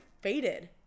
faded